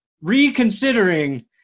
reconsidering